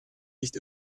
nicht